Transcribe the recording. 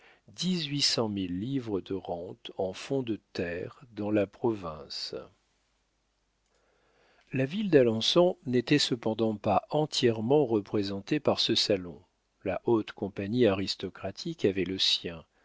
dix-huit cent mille livres de rente en fonds de terre dans la province la ville d'alençon n'était cependant pas entièrement représentée par ce salon la haute compagnie aristocratique avait le sien